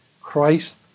Christ